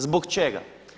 Zbog čega?